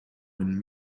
when